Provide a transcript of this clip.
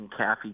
Caffey